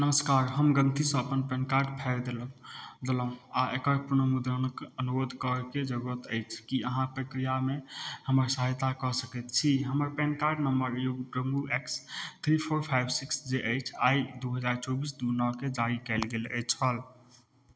नमस्कार हम गलतीसे अपन पैन कार्ड फाड़ि देलहुँ देलहुँ आओर एकर पुनर्मुद्रणके अनुरोध करैके जरूरत अछि कि अहाँ प्रक्रियामे हमर सहायता कऽ सकै छी हमर PAN card number U V W X three four five six जे अछि आओर ई दुइ हजार चौबिस दुइ नओकेँ जारी कएल गेल अछि छल